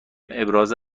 ابراز